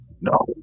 No